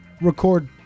record